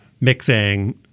mixing